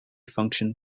function